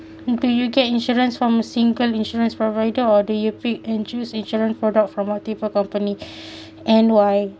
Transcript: um can you get insurance from a single insurance provider or do you pick and choose insurance product from multiple company and why